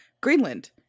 greenland